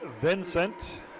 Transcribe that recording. Vincent